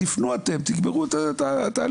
תפנו אתם תגמרו את התהליך.